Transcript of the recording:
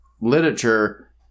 literature